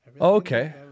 Okay